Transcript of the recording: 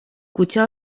kutxa